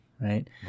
right